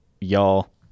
y'all